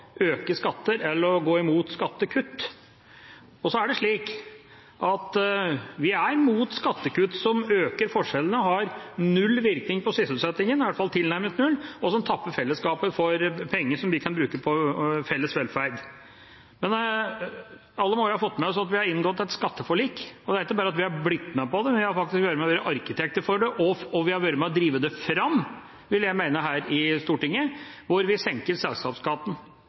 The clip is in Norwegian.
øke skatter og å gå imot skattekutt. Vi er imot skattekutt som øker forskjellene og har null, eller i hvert fall tilnærmet null, virkning på sysselsettingen, og som tapper fellesskapet for penger som kan brukes på felles velferd. Men alle må jo ha fått med seg at vi har inngått et skatteforlik. Vi har ikke bare blitt med på det, men vi har faktisk vært med som arkitekter for det, og jeg mener vi har vært med på å drive det fram her i Stortinget – og der senker vi selskapsskatten